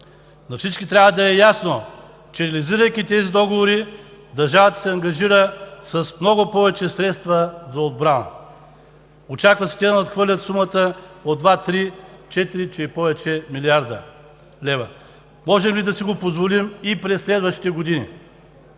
На всички трябва да е ясно, че реализирайки тези договори, държавата се ангажира с много повече средства за отбрана. Очаква се те да нахвърлят сумата от два, три, четири, че и повече милиарда лева. Можем ли да си го позволим и през следващите години?!